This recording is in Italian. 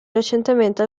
recentemente